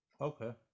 Okay